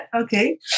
Okay